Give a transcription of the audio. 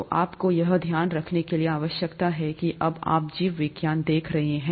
तो आपको यह ध्यान में रखने की आवश्यकता है कि कब आप जीव विज्ञान देख रहे हैं